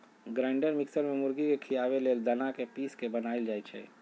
grinder mixer में मुर्गी के खियाबे लेल दना के पिस के बनाएल जाइ छइ